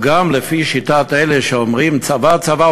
גם לפי שיטת אלה שאומרים: צבא צבא,